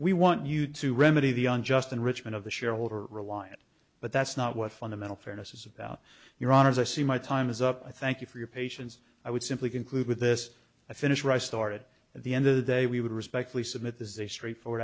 we want you to remedy the unjust enrichment of the shareholder reliance but that's not what fundamental fairness is about your honor as i see my time is up i thank you for your patience i would simply conclude with this i finish my started at the end of the day we would respectfully submit this is a straightforward